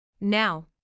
Now